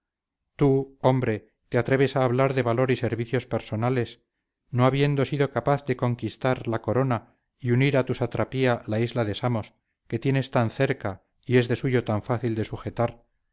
tú hombre te atreves a hablar de valor y servicios personales no habiendo sido capaz de conquistará la corona y unir a tu satrapía la isla de samos que tienes tan cercana y es de suyo tan fácil de sujetar